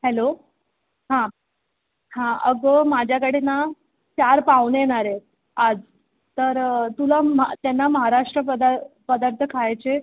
hello हां हां अगं माझ्याकडे ना चार पाहुणे येणार आहेत आज तर तुला मा त्यांना महाराष्ट्र पदा पदार्थ खायचे